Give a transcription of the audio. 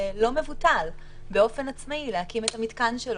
מבוטל באופן עצמאי ולהקים את המתקן שלו.